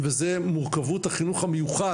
חינוך,